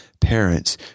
parents